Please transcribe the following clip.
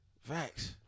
Facts